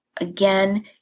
again